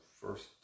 first